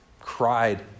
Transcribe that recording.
cried